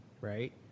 right